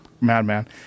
madman